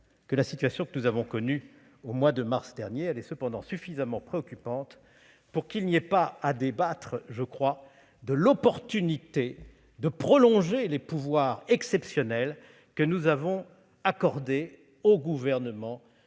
que celle que nous avons connue au mois de mars dernier, elle est cependant suffisamment préoccupante pour qu'il n'y ait pas à débattre de l'opportunité de prolonger les pouvoirs exceptionnels que nous avons accordés au Gouvernement